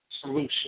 solution